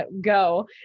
go